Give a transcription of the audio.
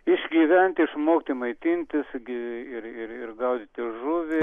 išgyventi išmokti maitintis gi ir ir gaudyti žuvį